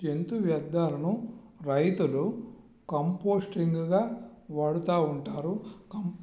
జంతు వ్యర్ధాలను రైతులు కంపోస్టింగ్గా వాడుతూ ఉంటారు కం